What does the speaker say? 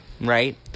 right